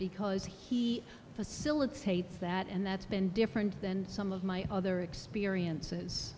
because he facilitates that and that's been different than some of my other experiences